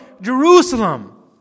Jerusalem